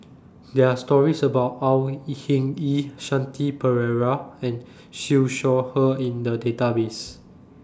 there're stories about Au Hing Yee Shanti Pereira and Siew Shaw Her in The Database